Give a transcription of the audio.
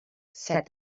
said